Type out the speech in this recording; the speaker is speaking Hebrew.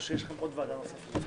יש רביזיה.